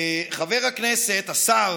שחבר הכנסת השר